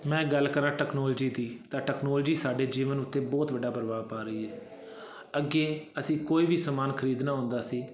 ਮੈਂ ਗੱਲ ਕਰਾਂ ਟੈਕਨੋਲਜੀ ਦੀ ਤਾਂ ਟੈਕਨੋਲਜੀ ਸਾਡੇ ਜੀਵਨ ਉੱਤੇ ਬਹੁਤ ਵੱਡਾ ਪ੍ਰਭਾਵ ਪਾ ਰਹੀ ਹੈ ਅੱਗੇ ਅਸੀਂ ਕੋਈ ਵੀ ਸਮਾਨ ਖਰੀਦਣਾ ਹੁੰਦਾ ਸੀ